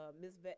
Miss